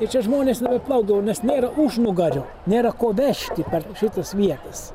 ir čia žmonės nebeplaukdavo nes nėra užnugario nėra ko vežti per šitas vietas